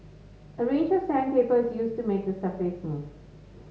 a range of sandpaper is used to make the surface smooth